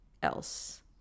else